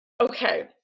Okay